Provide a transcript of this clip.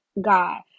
God